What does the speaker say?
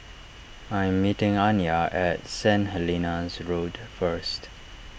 I am meeting Anya at Saint Helena's Road first